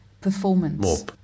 performance